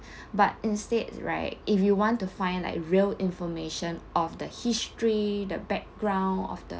but instead right if you want to find like real information of the history the background of the